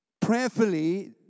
prayerfully